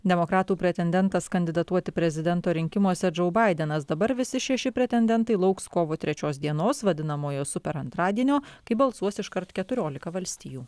demokratų pretendentas kandidatuoti prezidento rinkimuose džou baidenas dabar visi šeši pretendentai lauks kovo trečios dienos vadinamojo super antradienio kai balsuos iškart keturiolika valstijų